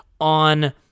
on